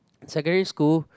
secondary school